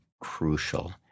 crucial